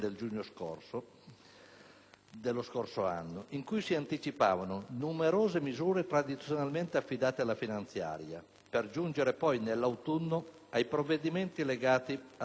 dello scorso anno in cui si anticipavano numerose misure tradizionalmente affidate alla legge finanziaria per giungere poi nell'autunno ai provvedimenti legati alla sessione di bilancio.